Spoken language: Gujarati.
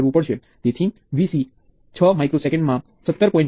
ચાલો આપણે સીરિઝ માં બે વોલ્ટેજ સ્ત્રોત લઈએ